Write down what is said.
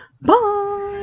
bye